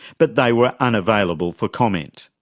but they were unavailable for comment.